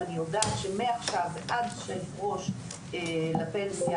ואני יודעת שמעכשיו ועד שאפרוש לפנסיה,